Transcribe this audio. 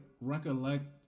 recollect